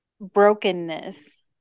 brokenness